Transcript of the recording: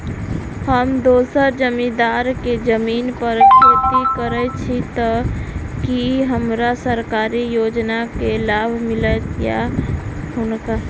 हम दोसर जमींदार केँ जमीन पर खेती करै छी तऽ की हमरा सरकारी योजना केँ लाभ मीलतय या हुनका?